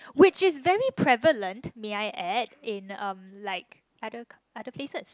which is very prevalent may I add in um like other other places